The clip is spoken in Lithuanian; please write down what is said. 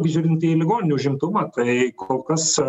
žiūrint į ligoninių užimtumą tai kol kas